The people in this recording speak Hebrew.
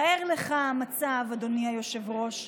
תאר לך מצב, אדוני היושב-ראש,